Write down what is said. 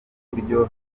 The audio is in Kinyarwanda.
buryo